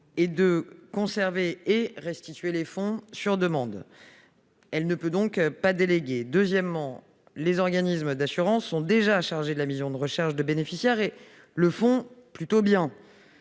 de conserver et de restituer les fonds sur demande. Elle ne peut donc pas déléguer. Ensuite, les organismes d'assurance sont déjà chargés de la mission de recherche des bénéficiaires et ils l'assument plutôt bien.